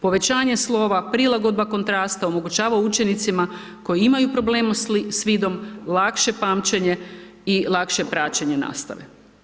Povećanje slova, prilagodba kontrasta omogućava učenicima koji imaju problema s vidom, lakše pamćenje i lakše praćenje nastave.